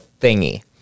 thingy